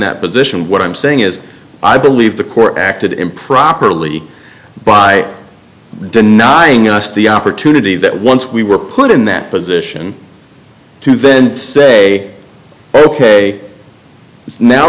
that position what i'm saying is i believe the court acted improperly by denying us the opportunity that once we were put in that position to then say ok